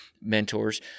mentors